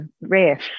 rare